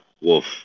Wolf